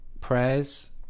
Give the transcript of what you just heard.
prayers